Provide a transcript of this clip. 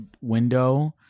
window